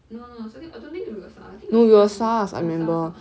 no no starting I don't think it were SARS I think it was H as~ oh SARS ah